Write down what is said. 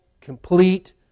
complete